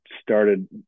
started